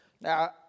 Now